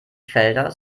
felder